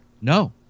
no